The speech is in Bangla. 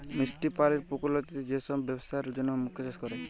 মিষ্টি পালির পুকুর, লদিতে যে সব বেপসার জনহ মুক্তা চাষ ক্যরে